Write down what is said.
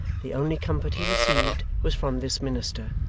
the only comfort he received was from this minister,